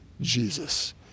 Jesus